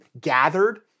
gathered